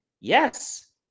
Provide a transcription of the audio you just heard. yes